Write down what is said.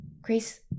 Grace